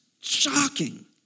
shocking